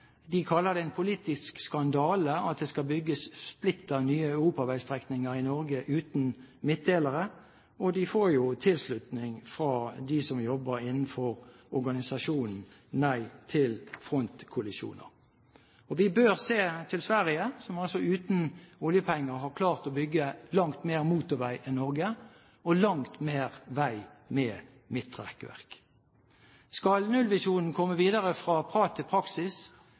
De kaller det «en samferdselspolitisk skandale at det skal bygges splitter nye europaveistrekninger i Norge uten midtdelere», og de får tilslutning fra dem som jobber innenfor organisasjonen Nei til Frontkollisjoner. Vi bør se til Sverige, som altså uten oljepenger har klart å bygge langt mer motorvei enn Norge, og langt mer vei med midtrekkverk. Skal nullvisjonen komme videre fra prat til praksis,